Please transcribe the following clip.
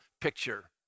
picture